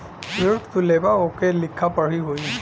ऋण तू लेबा ओकर लिखा पढ़ी होई